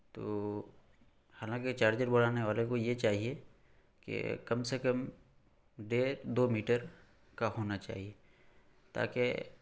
تو حالانکہ چارجر بنانے والے کو یہ چاہئے کہ کم سے کم دو میٹر کا ہونا چاہیے تاکہ